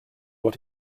what